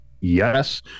Yes